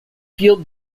field